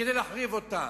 כדי להחריב אותה.